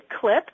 clip